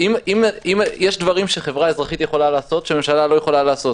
אם יש דברים שהחברה האזרחית יכולה לעשות והממשלה לא יכולה לעשות,